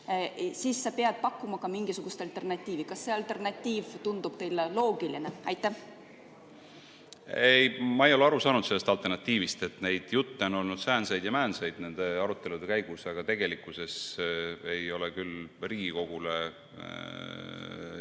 siis sa pead pakkuma ka mingisugust alternatiivi. Kas see alternatiiv tundub teile loogiline? Ei, ma ei ole sellest alternatiivist aru saanud. Neid jutte on olnud säänseid ja määnseid nende arutelude käigus, aga tegelikkuses ei ole küll Riigikogule ühtegi